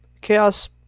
Chaos